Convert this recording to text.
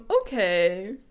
okay